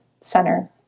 center